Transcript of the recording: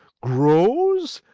grows,